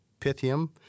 pythium